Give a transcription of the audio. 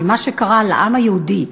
עם מה שקרה לעם היהודי,